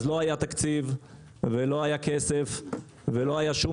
אז לא היה תקציב ולא היה כסף ולא שום